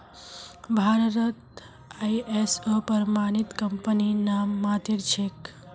भारतत आई.एस.ओ प्रमाणित कंपनी नाममात्रेर छेक